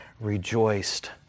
rejoiced